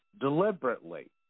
deliberately